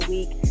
Week